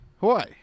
Hawaii